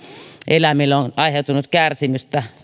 eläimille on aiheutunut kärsimystä